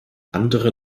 andere